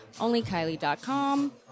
OnlyKylie.com